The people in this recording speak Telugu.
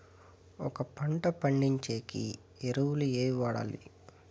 ఒక పంట పండించేకి ఎరువులు ఏవి వాడాలి?